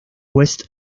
west